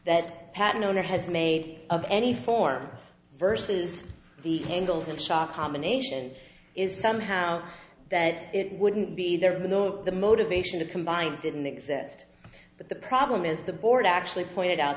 that patent owner has made of any form verses the bangles and shock combination is somehow that it wouldn't be there at the moment the motivation to combine didn't exist but the problem is the board actually pointed out